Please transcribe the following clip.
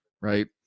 right